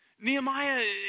Nehemiah